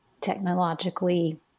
technologically